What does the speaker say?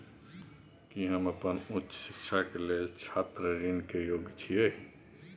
की हम अपन उच्च शिक्षा के लेल छात्र ऋण के योग्य छियै?